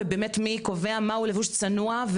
ובאמת מי קובע מהו לבוש צנוע,